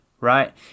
right